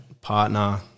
partner